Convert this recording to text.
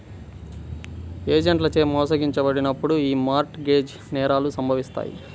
ఏజెంట్లచే మోసగించబడినప్పుడు యీ మార్ట్ గేజ్ నేరాలు సంభవిత్తాయి